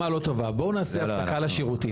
לזום, תוך כדי שהוא סיים הייתה להם אזעקה באשקלון.